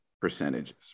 percentages